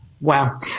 Wow